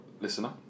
listener